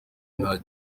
nta